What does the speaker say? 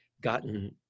gotten